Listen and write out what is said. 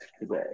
today